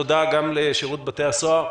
תודה גם לשירות בתי הסוהר.